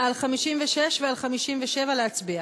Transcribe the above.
על 56 ועל 57 להצביע.